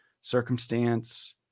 circumstance